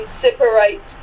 separate